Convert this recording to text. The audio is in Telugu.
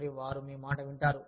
మరియు వారు మీ మాట వింటారు